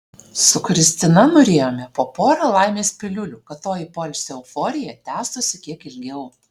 su kristina nurijome po porą laimės piliulių kad toji poilsio euforija tęstųsi kiek ilgiau